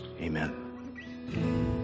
Amen